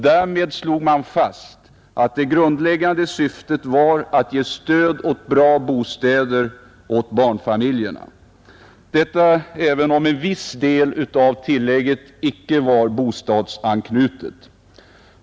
Därmed slog man fast att det grundläggande syftet var att ge stöd för bra bostäder åt barnfamiljerna — detta även om en viss del av tillägget icke var bostadsanknutet.